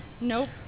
Nope